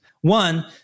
One